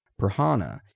Prahana